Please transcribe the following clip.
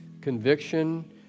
conviction